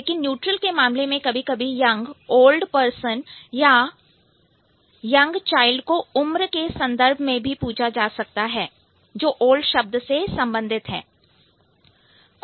लेकिन न्यूट्रल के मामले में कभी कभी यंगओल्ड पर्सन या और यंग चाइल्ड को उम्र के संदर्भ में भी पूछा जा सकता है जो ओल्ड शब्द से संबंधित है